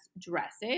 dresses